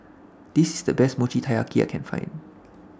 This IS The Best Mochi Taiyaki I Can Find